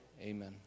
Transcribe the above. Amen